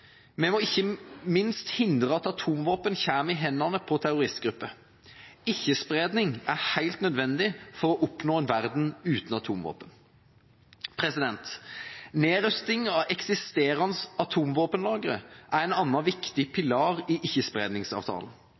Vi må ikke minst hindre at atomvåpen kommer i hendene på terroristgrupper. Ikke-spredning er helt nødvendig for å oppnå en verden uten atomvåpen. Nedrustning av eksisterende atomvåpenlagre er en annen viktig pilar i